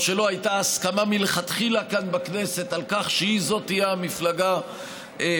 או שלא הייתה הסכמה מלכתחילה כאן בכנסת על כך שהיא תהיה המפלגה שתוביל.